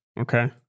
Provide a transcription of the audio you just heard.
Okay